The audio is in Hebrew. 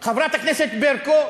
חברת הכנסת ברקו,